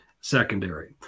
secondary